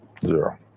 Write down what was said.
zero